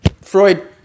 Freud